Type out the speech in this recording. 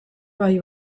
bai